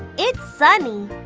it's sunny.